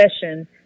session